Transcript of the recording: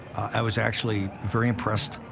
i was actually very impressed.